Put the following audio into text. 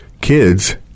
kids